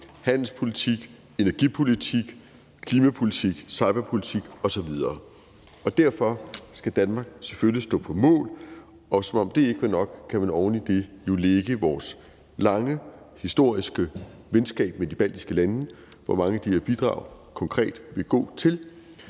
handelspolitik, energipolitik, klimapolitik, cyberpolitik osv. Derfor skal Danmark selvfølgelig stå på mål. Og som om det ikke var nok, kan man oven i det lægge vores lange, historiske venskab med de baltiske lande, som mange af de her bidrag konkret vil gå til.